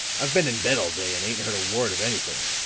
i've been in bed all day and ain't heard a word of anything.